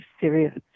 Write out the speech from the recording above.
serious